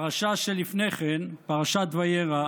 בפרשה שלפני כן, פרשת וירא,